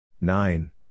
nine